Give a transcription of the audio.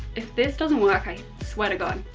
if this doesn't work, i swear to god,